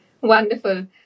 Wonderful